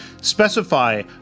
Specify